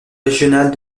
régionales